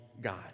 God